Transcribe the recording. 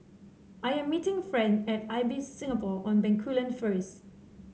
I am meeting Friend at Ibis Singapore on Bencoolen first